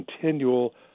continual